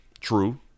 true